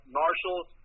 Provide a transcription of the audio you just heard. marshals